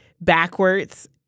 backwards